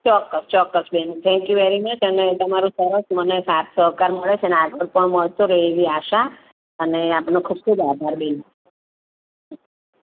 ચોક્કસ ચોક્કસ બેન થેન્ક યૂ વેરી મચ અને તમારો સરસ મને સાથ સહકાર મળ્યો છે ને આગળ પણ મળતો રહે એવી આશા અને આપનો ખૂબ ખૂબ આભાર બેન